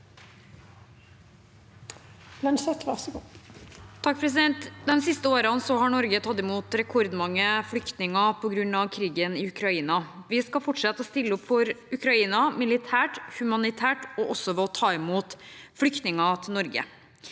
Lønseth (H) De siste årene har Norge tatt imot rekordmange flyktninger på grunn av krigen i Ukraina. Vi skal fortsette å stille opp for Ukraina militært og humanitært, og også ved å ta imot flyktninger til Norge.